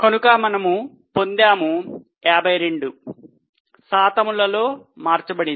కనుక మనము పొందాము 52 శాతములులో మార్చబడింది